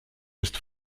ist